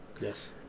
Yes